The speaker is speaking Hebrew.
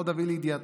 עוד אביא לידיעתכם